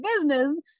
business